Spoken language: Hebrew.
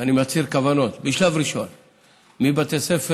ואני מצהיר כוונות, לבתי ספר